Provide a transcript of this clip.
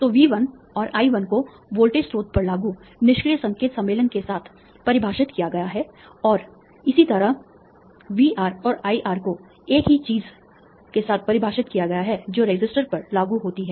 तो V1 और I1 को वोल्टेज स्रोत पर लागू निष्क्रिय संकेत सम्मेलन के साथ परिभाषित किया गया है और इसी तरह VR और IR को एक ही चीज़ के साथ परिभाषित किया गया है जो रेसिस्टर पर लागू होता है